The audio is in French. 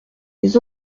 les